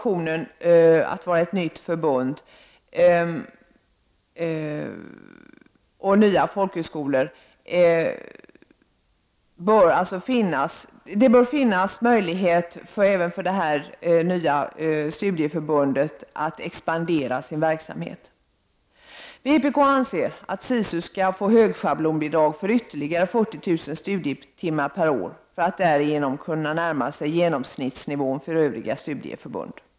Även det nya studieförbundet SISU bör ha möjlighet att expandera sin verksamhet. Vpk anser att SISU bör få högschablonbidrag för ytterligare 40 000 studietimmar per år för att därigenom kunna närma sig genomsnittsnivån för övriga studieförbund.